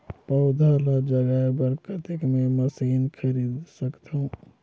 पौधा ल जगाय बर कतेक मे मशीन खरीद सकथव?